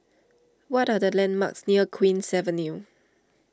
what are the landmarks near Queen's Avenue